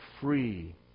free